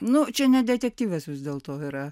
na čia ne detektyvas vis dėlto yra